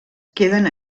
queden